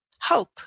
Hope